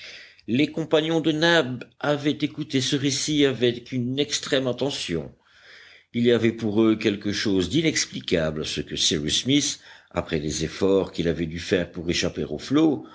les compagnons de nab avaient écouté ce récit avec une extrême attention il y avait pour eux quelque chose d'inexplicable à ce que cyrus smith après les efforts qu'il avait dû faire pour échapper aux flots